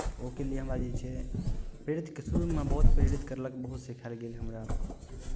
ओहिके लिए हमरा जे छै प्रेरित शुरूमे बहुत प्रेरित कयलक बहुत सिखायल गेल हमरा